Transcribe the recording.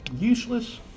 Useless